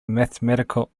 mathematical